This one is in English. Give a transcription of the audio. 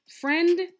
friend